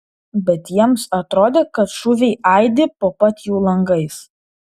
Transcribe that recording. bet jiems atrodė kad šūviai aidi po pat jų langais